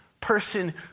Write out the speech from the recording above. person